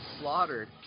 slaughtered